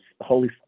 Holy